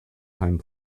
time